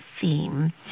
theme